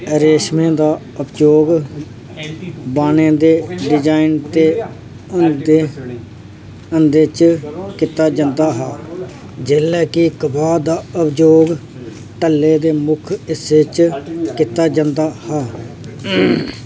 रेशमें दा उपयोग बाने दे डिज़ाइन ते हद्दें च कीता जंदा हा जेल्लै के कपाह् दा उपयोग टल्ले दे मुक्ख हिस्से च कीता जंदा हा